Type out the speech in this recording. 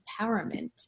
empowerment